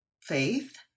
faith